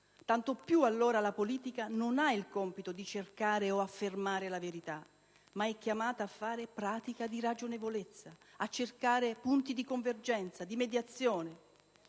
Tanto più, allora, la politica non ha il compito di cercare o affermare la verità, ma è chiamata a fare pratica di ragionevolezza, a cercare punti di convergenza e di mediazione.